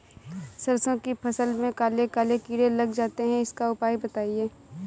सरसो की फसल में काले काले कीड़े लग जाते इसका उपाय बताएं?